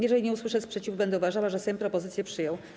Jeżeli nie usłyszę sprzeciwu, będę uważała, że Sejm propozycję przyjął.